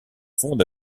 fonde